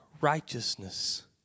righteousness